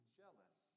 jealous